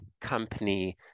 company